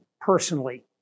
personally